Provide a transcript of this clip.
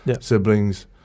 siblings